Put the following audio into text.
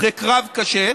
אחרי קרב קשה,